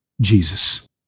Jesus